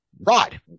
Rod